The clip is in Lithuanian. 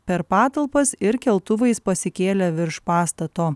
per patalpas ir keltuvais pasikėlė virš pastato